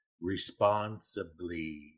responsibly